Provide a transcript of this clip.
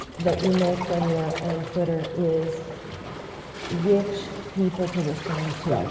that you make when you're on twitter is which people to respond to. right.